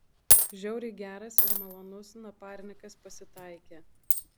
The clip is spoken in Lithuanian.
žiauriai geras ir malonus naparnikas pasitaikė